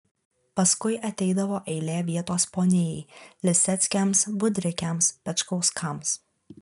paskui ateidavo eilė vietos ponijai liseckiams budrikiams pečkauskams